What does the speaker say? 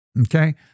Okay